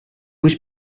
was